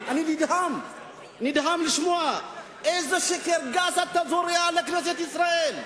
אני נדהם לשמוע איזה שקר גס אתה זורה על כנסת ישראל.